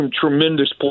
tremendous